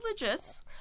religious